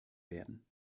werden